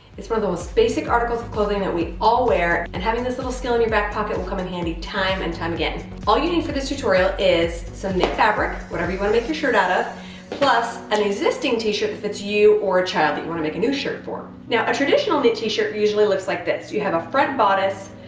it's one of the most basic articles of clothing that we all wear and having this little skill in your back pocket will come in handy time and time again all you need for this tutorial is some knit fabric whatever you want to make your shirt out of plus an existing t-shirt that fits you or a child that you want to make a new shirt for now a traditional knit t-shirt usually looks like this you have a front bodice,